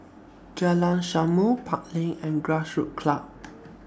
Jalan Samulun Park Lane and Grassroots Club